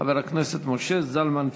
חבר הכנסת משה זלמן פייגלין.